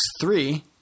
three